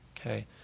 okay